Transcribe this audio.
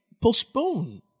postpone